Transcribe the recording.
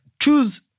Choose